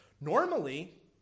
Normally